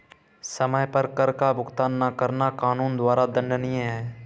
समय पर कर का भुगतान न करना कानून द्वारा दंडनीय है